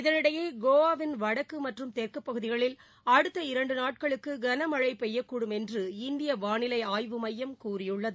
இதனிடையே கோவாவின் வடக்கு மற்றும் தெற்கு பகுதிகளில் அடுத்த இரண்டு நாட்களுக்கு கனமழை பெய்யக்கூடும் என்று இந்திய வானிலை ஆய்வு மையம் கூறியுள்ளது